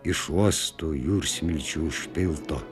iš uosto jūrsmilčių užpilto